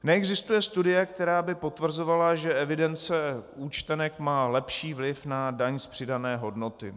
Neexistuje studie, která by potvrzovala, že evidence účtenek má lepší vliv na daň z přidané hodnoty.